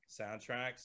soundtracks